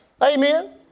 Amen